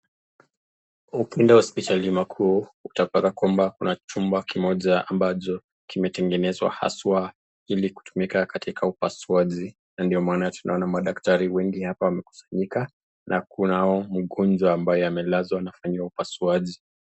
Ukienda hosipitali makuu, utapata kwamba kuna chumba kimoja ambacho kimetengenezwa haswa ili kutumika katika upaswaji, na ndio maana tunaona madakitari wengi hapa wamekusanyika , na kuna mgonjwa ambaye amelazwa anafanyiwa upaswaji.